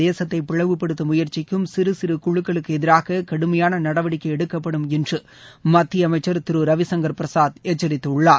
தேசத்தை பிளவுபடுத்த முயற்சிக்கும் சிறு சிறு குழுக்களுக்கு எதிராக கடுமையான நடவடிக்கை எடுக்கப்படும் என்று மத்திய அமைச்சர் திரு ரவிச்ங்கர் பிரசாத் எச்சரித்துள்ளார்